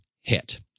hit